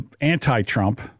anti-Trump